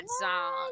song